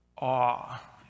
awe